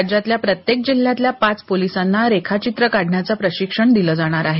राज्यातल्या प्रत्येक जिल्ह्यातल्या पाच पोलिसांना रेखाचित्र काढण्याचं प्रशिक्षण दिल जाणार आहे